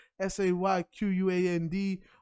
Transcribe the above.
S-A-Y-Q-U-A-N-D